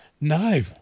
No